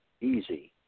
easy